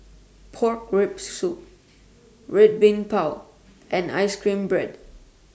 Pork Rib Soup Red Bean Bao and Ice Cream Bread